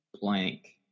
blank